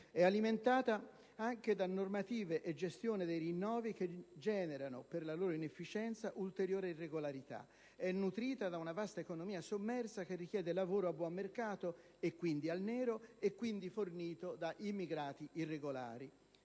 È alimentata anche da normative e gestione dei rinnovi che generano - per la loro inefficienza - ulteriore irregolarità. È nutrita da una vasta economia sommersa che richiede lavoro a buon mercato, e quindi al nero, e quindi fornito da immigrati irregolari.